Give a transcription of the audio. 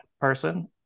person